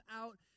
out